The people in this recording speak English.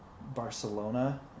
Barcelona